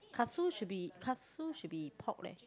katsu should be katsu should be pork leh